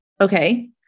Okay